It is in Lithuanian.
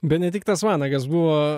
benediktas vanagas buvo